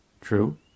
True